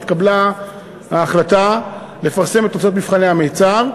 התקבלה ההחלטה לפרסם את תוצאות מבחני המיצ"ב.